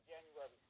January